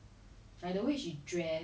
yes she's still working